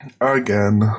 Again